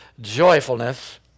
joyfulness